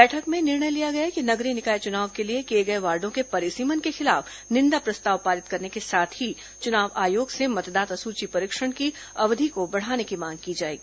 बैठक में निर्णय लिया गया कि नगरीय निकाय चुनाव के लिए किए गए वार्डो के परिसीमन के खिलाफ निंदा प्रस्ताव पारित करने के साथ ही चुनाव आयोग से मतदाता सूची परीक्षण की अवधि को बढ़ाने की मांग की जाएगी